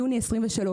יוני 2023,